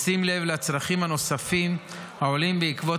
בשים לב לצרכים הנוספים העולים בעקבות